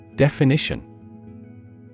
Definition